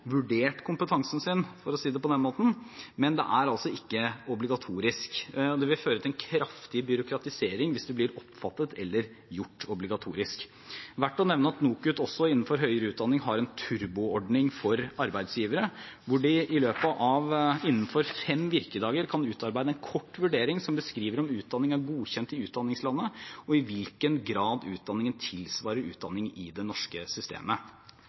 vurdert kompetansen sin, for å si det på den måten, men det er altså ikke obligatorisk. Det vil føre til en kraftig byråkratisering hvis det blir oppfattet som eller gjort obligatorisk. Det er verdt å nevne at NOKUT også innenfor høyere utdanning har en turbo-ordning for arbeidsgivere, hvor de innenfor fem virkedager kan utarbeide en kort vurdering som beskriver om utdanning er godkjent i utdanningslandet, og i hvilken grad utdanningen tilsvarer utdanning i det norske systemet.